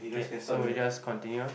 okay so we just continue ah